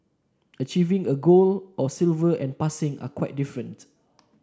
achieving a gold or silver and passing are quite different